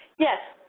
yes.